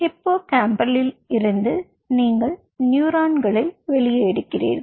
ஹிப்போகாம்பலில் இருந்து நீங்கள் நியூரான்களை வெளியே எடுக்கிறீர்கள்